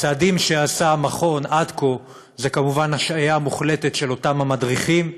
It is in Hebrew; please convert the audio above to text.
הצעדים שעשה המכון עד כה הם כמובן השעיה מוחלטת של אותם המדריכים,